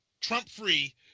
Trump-free –